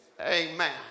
Amen